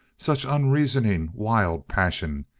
such unreasoning, wild passion,